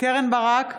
קרן ברק,